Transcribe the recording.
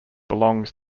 belongs